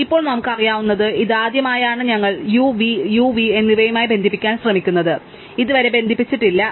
അതിനാൽ ഇപ്പോൾ നമുക്ക് അറിയാവുന്നത് ഇതാദ്യമായാണ് ഞങ്ങൾ U V U V എന്നിവയുമായി ബന്ധിപ്പിക്കാൻ ശ്രമിക്കുന്നത് ഇതുവരെ ബന്ധിപ്പിച്ചിട്ടില്ല